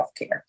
healthcare